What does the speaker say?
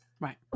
Right